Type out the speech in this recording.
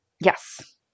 yes